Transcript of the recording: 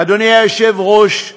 אדוני היושב-ראש,